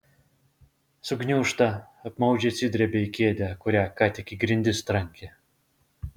sugniūžta apmaudžiai atsidrebia į kėdę kurią ką tik į grindis trankė